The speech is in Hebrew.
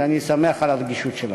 ואני שמח על הרגישות שלך.